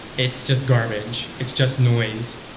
it's just garbage. it's just noise.